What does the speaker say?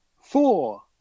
Four